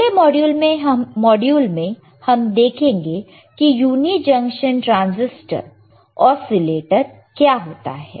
अगले मॉड्यूल में हम देखेंगे की यूनी जंक्शन ट्रांसिस्टर ओसीलेटर क्या होता है